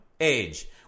age